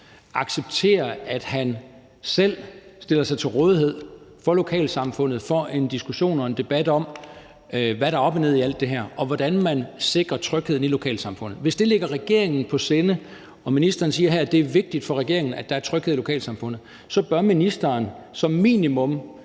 accepterer, at han selv stiller sig til rådighed for lokalsamfundet og får en diskussion og en debat om, hvad der er op og ned i alt det her, og hvordan man sikrer trygheden i lokalsamfundet. Hvis det ligger regeringen på sinde – og ministeren siger her, at det er vigtigt for regeringen, at der er tryghed i lokalsamfundet – bør ministeren som minimum